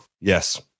Yes